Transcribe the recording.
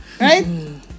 Right